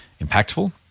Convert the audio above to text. impactful